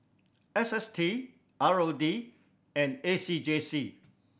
S S T R O D and A C J C